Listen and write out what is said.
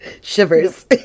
shivers